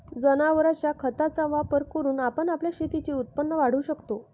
जनावरांच्या खताचा वापर करून आपण आपल्या शेतीचे उत्पन्न वाढवू शकतो